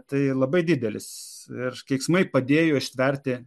tai labai didelis ir keiksmai padėjo ištverti